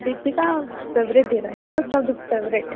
हं Deepika favourite heroine most of the favourite